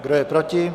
Kdo je proti?